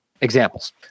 examples